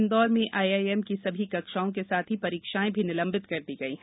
इन्दौर में आईआईएम की सभी कक्षाओं के साथ ही परीक्षाएं भी निलंबित कर दी गई है